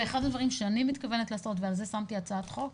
ואחד הדברים שאני מתכוונת לעשות ועל זה שמתי הצעת חוק